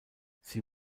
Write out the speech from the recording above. sie